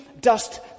dust